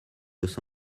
los